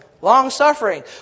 long-suffering